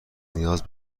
نیاز